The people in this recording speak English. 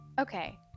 okay